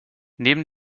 neben